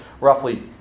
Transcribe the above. roughly